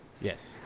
yes